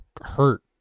hurt